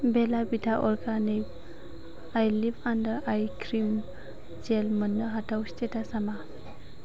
बेला Vita organic eyelift under eye cream gel मोन्नो हाथाव स्टेटासा मा